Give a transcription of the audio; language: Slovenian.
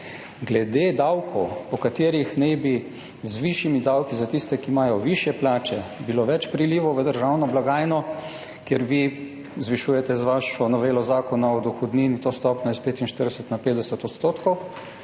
Glede davkov, po katerih naj bi bilo z višjimi davki za tiste, ki imajo višje plače, več prilivov v državno blagajno, kjer vi zvišujete s svojo novelo Zakona o dohodnini to stopnjo s 45 na 50 %,